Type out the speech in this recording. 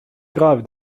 grave